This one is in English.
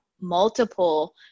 multiple